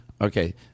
Okay